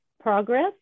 progress